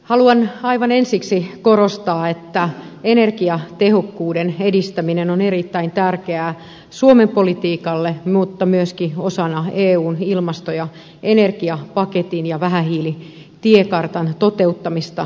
haluan aivan ensiksi korostaa että energiatehokkuuden edistäminen on erittäin tärkeää suomen politiikalle mutta myöskin osana eun ilmasto ja energiapaketin ja vähähiilitiekartan toteuttamista